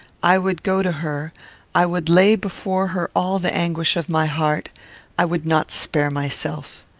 i would go to her i would lay before her all the anguish of my heart i would not spare myself.